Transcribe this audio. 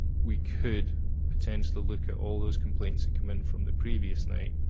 we could potentially look at all those complaints that come in from the previous night,